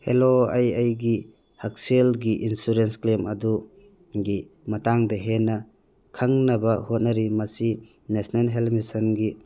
hello ꯑꯩ ꯑꯩꯒꯤ ꯍꯛꯁꯦꯜꯒꯤ ꯏꯟꯁꯨꯔꯦꯟꯁ ꯀ꯭ꯂꯦꯝ ꯑꯗꯨꯒꯤ ꯃꯇꯥꯡꯗ ꯍꯦꯟꯅ ꯈꯪꯅꯕ ꯍꯣꯠꯅꯔꯤ ꯃꯁꯤ ꯅꯦꯁꯅꯦꯜ ꯍꯦꯜ ꯃꯤꯁꯟꯒꯤ